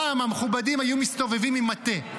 פעם המכובדים היו מסתובבים עם מטה.